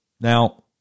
Now